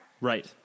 Right